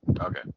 Okay